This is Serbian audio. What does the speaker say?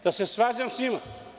Da se svađam sa njima?